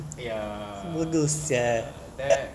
ya that